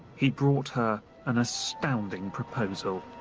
he brought her an astounding proposal.